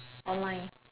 online